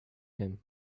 him